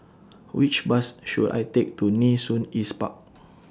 Which Bus should I Take to Nee Soon East Park